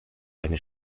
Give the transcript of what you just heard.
eine